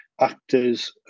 actors